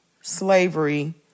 slavery